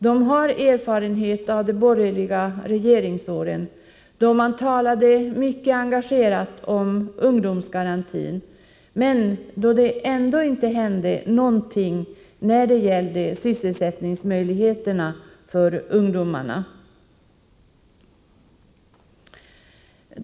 De har erfarenhet av de borgerliga regeringsåren, då man talade mycket engagerat om ungdomsgarantin, men då det ändå inte hände någonting när det gällde sysselsättningsmöjligheterna för ungdomarna.